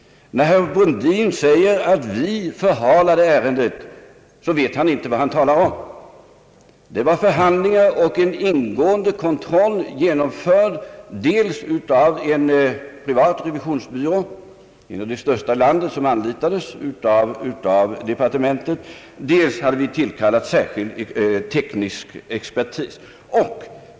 När herr Brundin säger att vi förhalade ärendet så vet han inte vad han talar om. Det hade förekommit förhandlingar, och en ingående kontroll hade genomförts dels av en privat revisionsbyrå, en av de största i landet, som anlitats av departementet, dels av särskilt tillkallad teknisk expertis.